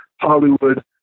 Hollywood